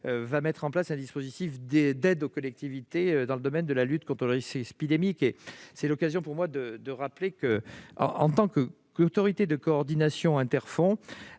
va mettre en place un dispositif d'aide aux collectivités dans le domaine de la lutte contre le risque épidémique. C'est l'occasion pour moi de rappeler que, en tant qu'autorité de coordination interfonds,